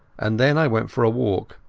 and then i went for a walk,